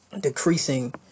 Decreasing